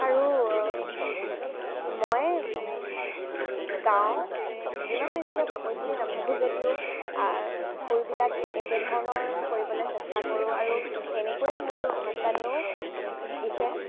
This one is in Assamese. আৰু মই গাওঁ ইমানো নিজকে পাকৈত বুলি নাভাবোঁ যদিও সুৰবিলাক একেধৰণৰ কৰিবলে চেষ্টা কৰোঁ আৰু তেনেকৈ মোৰ সন্তানেও শিকিছে